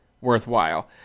worthwhile